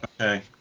Okay